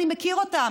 אני מכיר אותם,